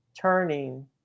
turning